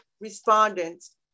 respondents